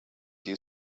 die